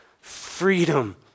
Freedom